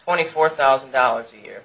twenty four thousand dollars a year